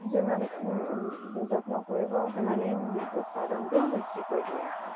যিমান যত্ন কৰিব সিমানেই মানে উৎপাদনটো বেছিকৈ দিয়া হয়